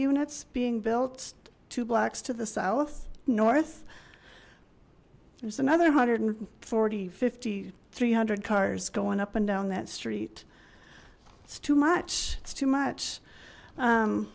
units being built two blocks to the south north there's another hundred forty fifty three hundred cars going up and down that street it's too much it's too much